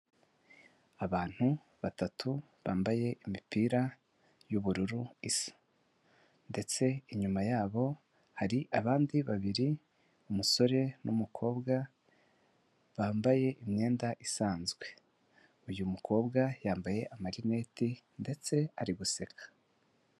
Abantu batatu bambaye imipira y'ubururu isa ndetse inyuma yabo hari abandi babiri umusore n'umukobwa bambaye imyenda isanzwe, uyu mukobwa yambaye amarineti ndetse ari guseka.